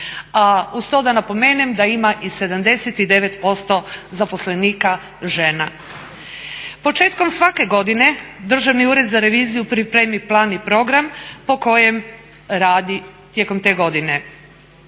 uz to da napomenem da ima i 79% zaposlenika žena. Početkom svake godine Državni ured za reviziju pripremi plan i program po kojem radi tijekom te godine.